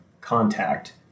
contact